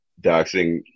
doxing